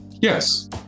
Yes